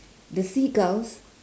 the seagulls